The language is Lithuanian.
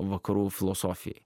vakarų filosofijai